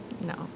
No